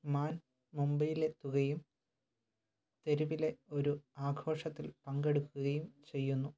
മാൻ മുംബൈയിലെത്തുകയും തെരുവിലെ ഒരു ആഘോഷത്തിൽ പങ്കെടുക്കുകയും ചെയ്യുന്നു